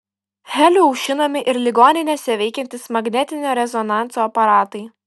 heliu aušinami ir ligoninėse veikiantys magnetinio rezonanso aparatai